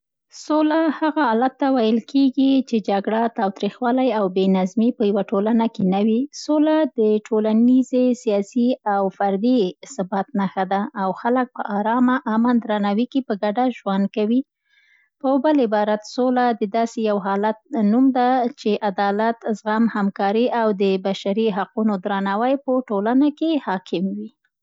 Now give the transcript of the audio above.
سوله هغه حالت ته ویل کېږي ، چي جګړه، تاوتریخوالی او بې نظمي په یوه ټولنه کې نه وي. سوله د ټولنیزې، سیاسي او فردي ثبات نښه ده او خلک په ارامه، امن، درناوي کې په ګډه ژوند کوي. په بل عبارت، سوله د داسې یوه حالت نوم ده، چي عدالت، زغم، همکاري او د بشري حقونو درناوی په ټولنه کې حاکم وي.